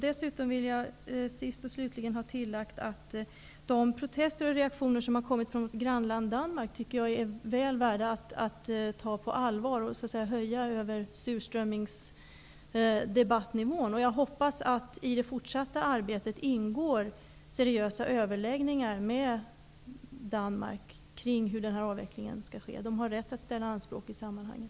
Dessutom vill jag slutligen tillägga att de protester och reaktioner som har kommit fram från vårt grannland Danmark är väl värda att ta på allvar och att höja över surströmmingsdebattnivån. Jag hoppas att det i det fortsatta arbetet ingår seriösa överläggningar med Danmark om hur avvecklingen skall ske. De har rätt att ställa anspråk i sammanhanget.